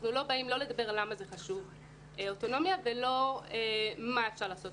אנחנו לא באים לדבר על למה האוטונומיה חשובה ולא מה אפשר לעשות